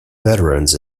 veterans